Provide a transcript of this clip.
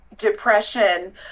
depression